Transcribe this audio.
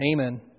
Amen